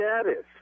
status